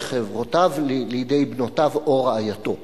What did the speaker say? את חברותיו לידי בנותיו או רעייתו.